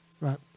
right